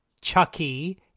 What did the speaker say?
Chucky